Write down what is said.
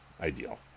ideal